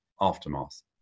aftermath